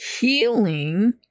healing